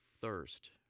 thirst